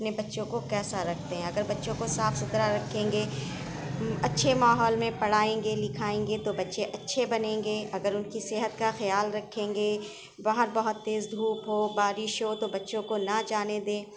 اپنے بچوں کو کیسا رکھتے ہیں اگر بچوں کو صاف ستھرا رکھیں گے اچھے ماحول میں پڑھائیں گے لکھائیں گے تو بچے اچھے بنیں گے اگر ان کی صحت کا خیال رکھیں گے باہر بہت تیز دھوپ ہو بارش ہو تو بچوں کو نہ جانیں دیں